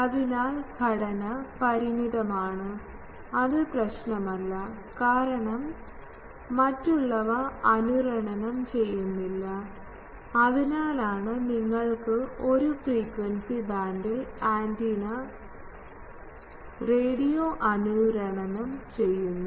അതിനാൽ ഘടന പരിമിതമാണ് അത് പ്രശ്നമല്ല കാരണം മറ്റുള്ളവ അനുരണനം ചെയ്യുന്നില്ല അതിനാലാണ് നിങ്ങൾക്ക് ഒരു ഫ്രീക്വൻസി ബാൻഡിൽ ആന്റിന റേഡിയോ അനുരണനം ചെയ്യുന്നു